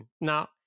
now